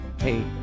Hey